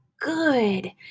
good